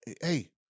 hey